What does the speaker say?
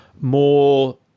more